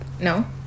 No